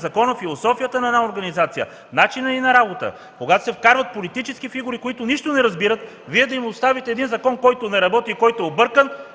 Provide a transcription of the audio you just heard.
променя философията на една организация, начинът й на работа, когато се вкарват политически фигури, които нищо не разбират, Вие да им оставите един закон, който не работи и който е объркан